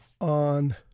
on